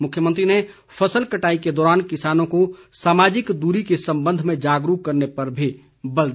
मुख्यमंत्री ने फसल कटाई के दौरान किसानों को सामाजिक दूरी के संबंध में जागरूक करने पर भी बल दिया